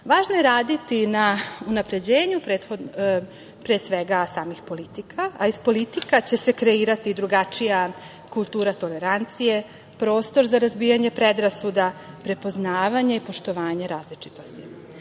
je raditi na unapređenju, pre svega, samih politika, a iz politika će se kreirati drugačija kultura tolerancije, prostor za razbijanje predrasuda, prepoznavanje i poštovanje različitosti. Razmatranje